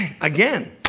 Again